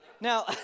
Now